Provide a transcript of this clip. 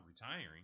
retiring